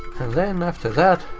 and then after that.